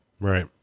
Right